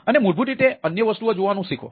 અને મૂળભૂત રીતે અન્ય વસ્તુઓ જોવાનું શીખો